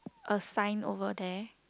a sign over there